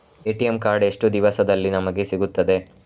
ATM card ಎಷ್ಟು ದಿವಸದಲ್ಲಿ ನಮಗೆ ಸಿಗುತ್ತದೆ?